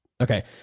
Okay